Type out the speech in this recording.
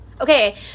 Okay